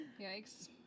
Yikes